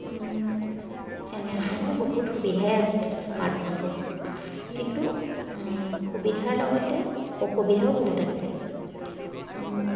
এনেধৰণৰ বহুত সুবিধাই আছে স্মাৰ্টফোনটোৰ কিন্তু সুবিধাৰ লগতে অসুবিধাও বহুত আছে